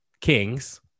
kings